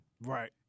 Right